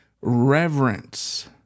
reverence